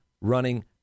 running